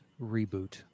reboot